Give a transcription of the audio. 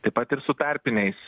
taip pat ir su tarpiniais